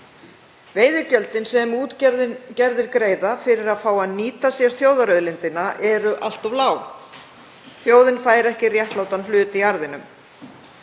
Veiðigjöldin sem útgerðir greiða fyrir að fá að nýta þjóðarauðlindina eru allt of lág. Þjóðin fær ekki réttlátan hlut í arðinum